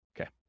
Okay